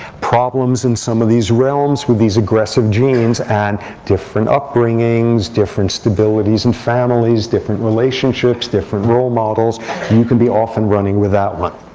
problems in some of these realms with these aggressive genes, and different upbringings, different stabilities and families, different relationships, different role models and you can be off and running with that one.